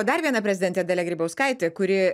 dar viena prezidentė dalia grybauskaitė kuri